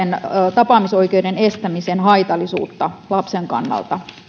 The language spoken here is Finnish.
tapaamisoikeuden estämisen haitallisuus lapsen kannalta